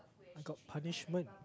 I got punishment